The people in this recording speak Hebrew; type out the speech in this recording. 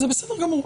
בסדר גמור.